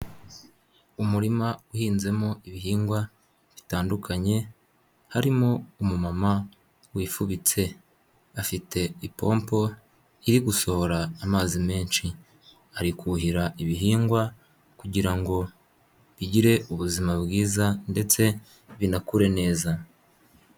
Umurima uhinzemo ibihingwa bitandukanye harimo umumama wifubitse, afite ipompo iri gusohora amazi menshi ari kuhira ibihingwa kugira ngo rigire ubuzima bwiza ndetse binakure neza.